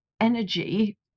energy